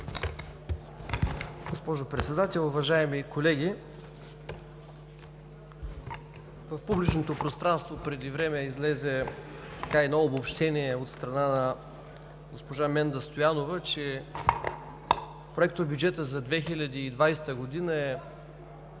госпожо Председател, уважаеми колеги! В публичното пространство преди време излезе едно обобщение от страна на госпожа Менда Стоянова, че Проектобюджетът за 2020 г. е